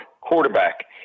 quarterback